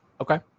Okay